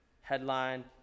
headline